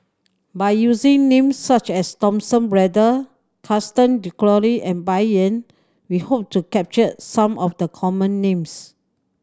by using names such as Thomas Braddell Gaston Dutronquoy and Bai Yan we hope to capture some of the common names